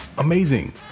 Amazing